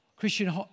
Christian